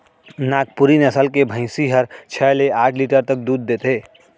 नागपुरी नसल के भईंसी हर छै ले आठ लीटर तक दूद देथे